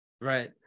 Right